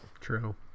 True